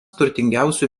turtingiausių